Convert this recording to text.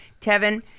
Tevin